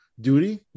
duty